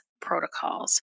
protocols